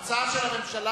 ההצעה של הממשלה,